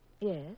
Yes